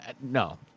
no